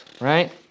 right